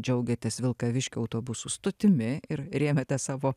džiaugėtės vilkaviškio autobusų stotimi ir rėmėte savo